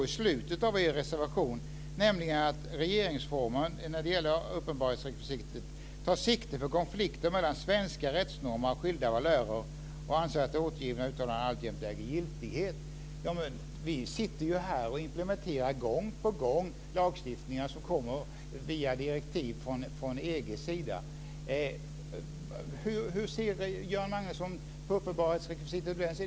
I slutet av er reservation står det att regeringsformen när det gäller uppenbarhetsrekvisitet tar sikte på konflikter mellan svenska rättsnormer av skilda valörer och att man anser att det återgivna uttalandet alltjämt äger giltighet. Men här implementerar vi ju gång på gång lagstiftningar som kommer via direktiv från EG:s sida. Hur ser Göran Magnusson på uppenbarhetsrekvisitet?